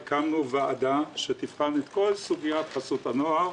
הקמנו ועדה שתבחן את כל סוגיית חסות הנוער.